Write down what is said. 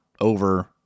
over